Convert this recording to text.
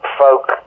folk